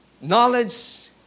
knowledge